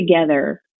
together